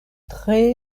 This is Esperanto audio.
tre